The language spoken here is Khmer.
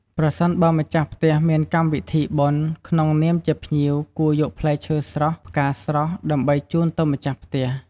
ប្រសិនបើម្ចាស់ផ្ទះមានកម្មវិធីបុណ្យក្នុងនាមជាភ្ញៀវគួរយកផ្លែឈើស្រស់ផ្ការស្រស់ ដើម្បីជូនទៅម្ចាស់ផ្ទះ។